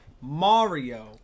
Mario